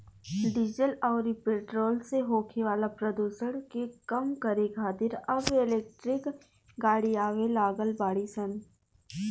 diesel अउरी petrol से होखे वाला प्रदुषण के कम करे खातिर अब इलेक्ट्रिक गाड़ी आवे लागल बाड़ी सन